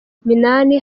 minani